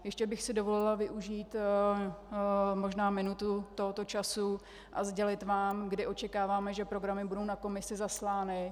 Ještě bych si dovolila využít možná minutu tohoto času a sdělit vám, kdy očekáváme, že programy budou na Komisi zaslány.